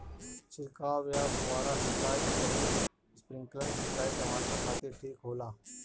छिड़काव या फुहारा सिंचाई आउर स्प्रिंकलर सिंचाई टमाटर खातिर ठीक होला?